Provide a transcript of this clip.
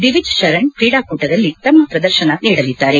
ದಿವಿಜ್ ಶರಣ್ ಕ್ರೀಡಾಕೂಟದಲ್ಲಿ ತಮ್ಮ ಪ್ರದರ್ಶನ ನೀಡಲಿದ್ದಾರೆ